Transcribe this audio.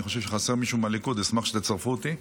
אני חושב שחסר מישהו מהליכוד, אשמח שתצרפו אותי.